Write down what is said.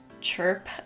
chirp